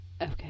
Okay